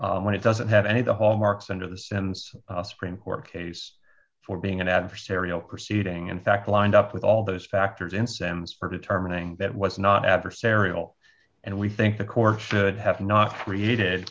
when it doesn't have any the hallmarks and of a sense a supreme court case for being an adversarial proceeding in fact lined up with all those factors in sam's for determining that was not adversarial and we think the court should have not created